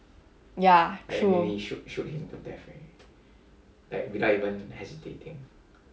ya true